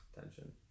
tension